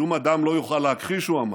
שום אדם לא יוכל להכחיש, הוא אמר,